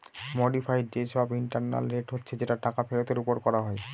modified যে সব internal rate হচ্ছে যেটা টাকা ফেরতের ওপর করা হয়